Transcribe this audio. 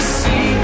see